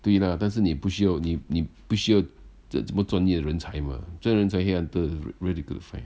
对啦但是你不需要你你不需要这么专业人才吗专业人才 head hunter very very dificult to find